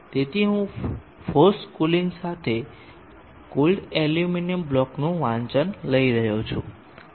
તેથી હું forced cooling સાથે કોલ્ડ એલ્યુમિનિયમ બ્લોકનું વાંચન લઈ રહ્યો છું